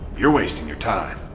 you're wasting your time.